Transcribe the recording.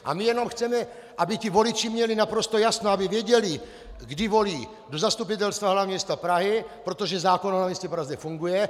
A my jenom chceme, aby voliči měli naprosto jasno, aby věděli, kdy volí do Zastupitelstva hl. m. Prahy, protože zákon o hl. m. Praze funguje.